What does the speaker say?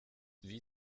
wie